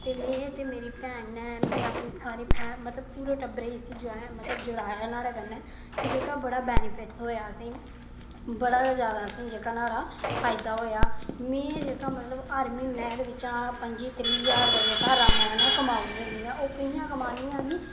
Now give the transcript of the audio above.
ते में ते मेरी भैन नै सारे टब्बरे गी जुड़ाया नहाड़े कन्नै जेह्का बड़ा बैनिफिट्ट बड़ा गै जादा जेह्का असेंगी नहाड़ा फायदा होइया में एह्दे बिच्च बीह् पंज्जी ज्हार रामै कन्नै कमाई ओड़नी